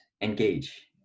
engage